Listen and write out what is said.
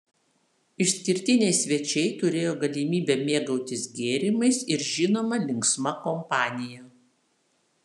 išskirtiniai svečiai turėjo galimybę mėgautis gėrimais ir žinoma linksma kompanija